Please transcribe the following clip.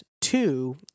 two